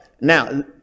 Now